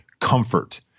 comfort